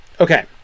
Okay